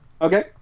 Okay